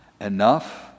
Enough